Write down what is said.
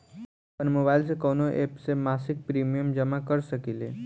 आपनमोबाइल में कवन एप से मासिक प्रिमियम जमा कर सकिले?